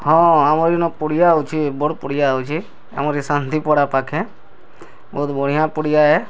ହଁ ଆମର୍ ଇନ ପଡ଼ିଆ ଅଛେ ବଡ଼୍ ପଡ଼ିଆ ଅଛେ ଆମର୍ ସନ୍ଧଶାନ୍ତି ପଡ଼ା ପାଖେ ବହୁତ୍ ବଢିଆଁ ପଡ଼ିଆ ଏ